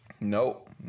Nope